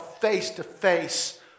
face-to-face